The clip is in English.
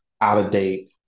out-of-date